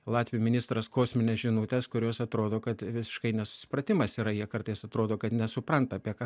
latvių ministras kosmines žinutes kurios atrodo kad visiškai nesusipratimas yra jie kartais atrodo kad nesupranta apie ką